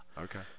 Okay